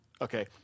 Okay